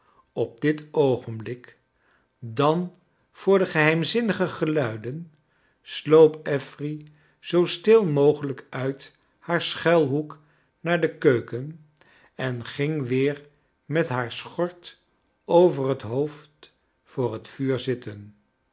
op dit oogenblik dan voor de geheimzinnige geluiden sloop affery zoo stil mogelijk uit haar schuilhoek naar de keuken en ging weer met haar s chart over het hoofd voor het vuur zitten